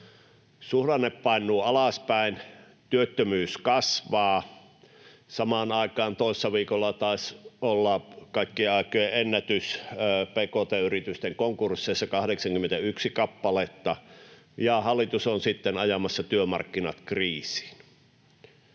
Suhdanne painuu alaspäin, työttömyys kasvaa, samaan aikaan taisi olla toissa viikolla kaikkien aikojen ennätys pkt-yritysten konkursseissa, 81 kappaletta, ja hallitus on sitten ajamassa työmarkkinat kriisiin.